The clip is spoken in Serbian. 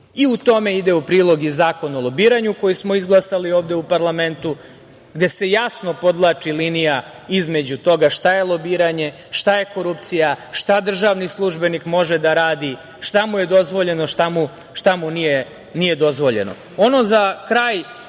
I tome ide u prilog i Zakon o lobiranju koji smo izglasali ovde u parlamentu, gde se jasno podvlači linija između toga šta je lobiranje, šta je korupcija, šta državni službenik može da radi, šta mu je dozvoljeno, šta mu nije dozvoljeno. Ono